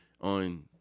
on